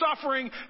suffering